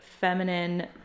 feminine